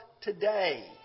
today